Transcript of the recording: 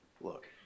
Look